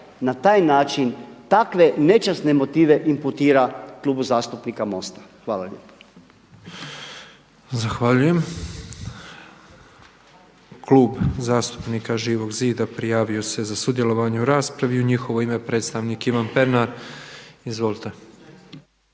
na taj način takve nečasne motive imputira Klubu zastupnika MOST-a. Hvala lijepo. **Petrov, Božo (MOST)** Zahvaljujem. Klub zastupnika Živog zida prijavio se za sudjelovanje u raspravi i u njihovo ime predstavnik Ivan Pernar. Izvolite.